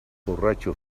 borratxo